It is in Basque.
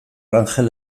angel